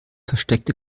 versteckte